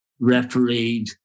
refereed